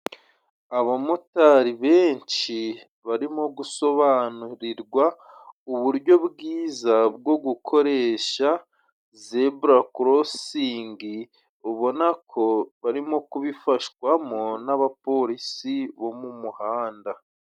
Abamotari benshi barimo gusobanurirwa uburyo bwiza bwo gukoresha zebura korisingi ubona ko barimo kubifashwamo n'abapolisi bo mu muhanda.